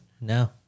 No